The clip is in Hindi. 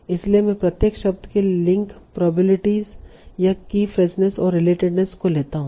इसलिए मैं प्रत्येक शब्द के लिए लिंक प्रोबेबिलिटी या कीफ्रेजनेस और रिलेटेडनेस को लेता हूं